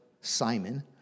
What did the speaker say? Simon